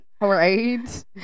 Right